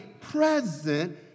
present